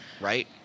Right